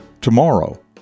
tomorrow